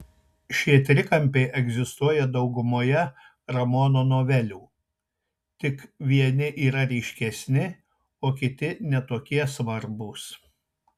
šie trikampiai egzistuoja daugumoje ramono novelių tik vieni yra ryškesni o kiti ne tokie svarbūs